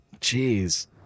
Jeez